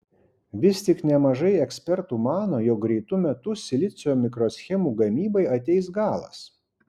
vis tik nemažai ekspertų mano jog greitu metu silicio mikroschemų gamybai ateis galas